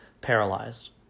paralyzed